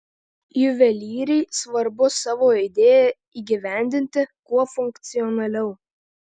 juvelyrei svarbu savo idėją įgyvendinti kuo funkcionaliau